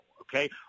okay